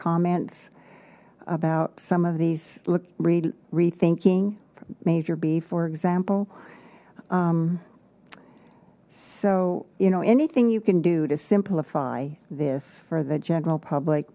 comments about some of these look rethinking major b for example so you know anything you can do to simplify this for the general public